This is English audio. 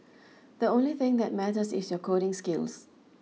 the only thing that matters is your coding skills